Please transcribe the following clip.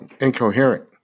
incoherent